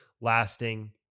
lasting